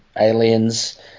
aliens